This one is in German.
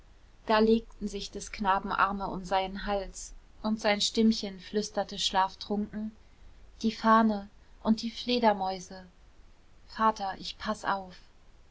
da legten sich des knaben arme um seinen hals und sein stimmchen flüsterte schlaftrunken die fahne und die fledermäuse vater ich paß auf